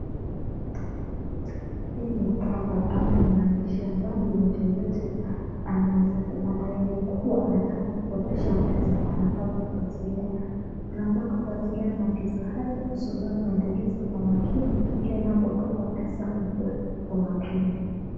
Hii ni cover ama ni maandishi ambayo mtu yeyote anaweza kuwa anataka kukopesha pesa anafaa kufuatilia, anafaa kufuatilia maagizo haya usome maelezo kwa makini ili unapokopa pesa ukuwe kwa makini.